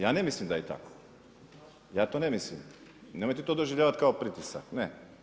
Ja ne mislim da je tako, ja to ne mislim i nemojte to doživljavati kao pritisak, ne.